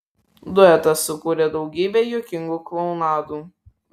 duetas sukūrė daugybę juokingų klounadų